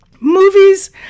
movies